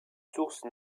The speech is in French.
source